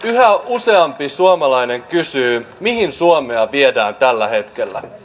yhä useampi suomalainen kysyy mihin suomea viedään tällä hetkellä